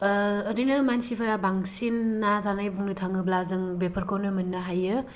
ओरैनो मानसिफोरा बांसिन ना जानाय बुंनो थाङोब्ला जों बेफोरखौनो मोननो हायो